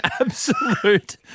absolute